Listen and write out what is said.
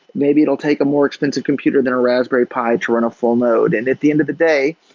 maybe it'll take a more expensive computer than a raspberry pi to run a full node. and at the end of the day,